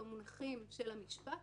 במונחים של המשפט,